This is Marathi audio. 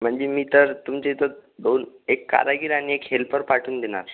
म्हणजे मी तर तुमच्या इथं दोन एक कारागीर आणि एक हेल्पर पाठवून देणार